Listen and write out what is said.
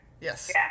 Yes